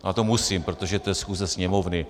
Ale to musím, protože to je schůze Sněmovny.